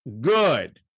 good